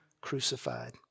crucified